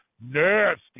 nasty